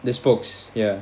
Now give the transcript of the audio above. the spokes ya